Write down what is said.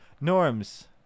norms